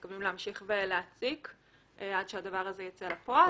מתכוונים להמשיך להציק עד שהדבר הזה יצא לפועל.